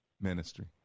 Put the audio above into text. ministry